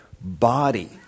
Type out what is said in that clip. body